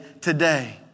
today